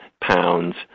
pounds